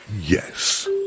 yes